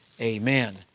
Amen